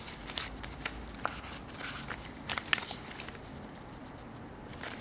to wet your face also to to remove the last residue or impurities on your face